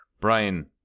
brian